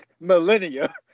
millennia